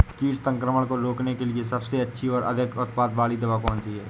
कीट संक्रमण को रोकने के लिए सबसे अच्छी और अधिक उत्पाद वाली दवा कौन सी है?